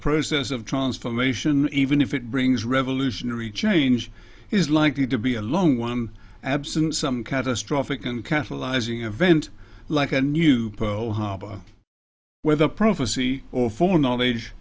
process of transformation even if it brings revolutionary change is likely to be a long one absent some catastrophic and catalyzing event like a new pearl harbor where the prophecy or for knowledge